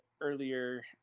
earlier